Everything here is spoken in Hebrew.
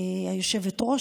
היושבת-ראש,